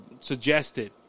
suggested